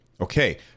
okay